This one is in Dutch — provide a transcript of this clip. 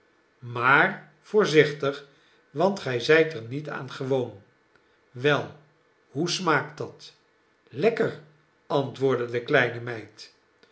maar voorzichtig want gij z'y't er niet aan gewoon wei hoe smaakt dat lekker antwoordde de kleine meid